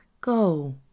Go